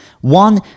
One